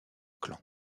clan